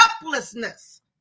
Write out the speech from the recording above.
helplessness